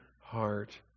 heart